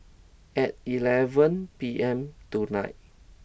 at eleven P M tonight